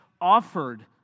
offered